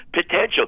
potential